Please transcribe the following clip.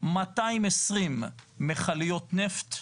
220 מכליות נפט,